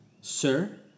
Sir